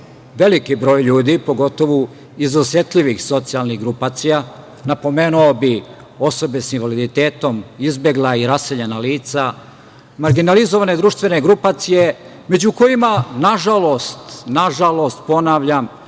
veliki broj ljudi, pogotovo iz osetljivih socijalnih grupacija i napomenuo bih osobe sa invaliditetom, izbegla i raseljena lica, marginalizovane društvene grupacije, među kojima na žalost, ovde se postavljaju